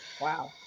Wow